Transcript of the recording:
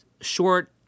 short